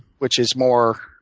which is more